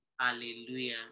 Hallelujah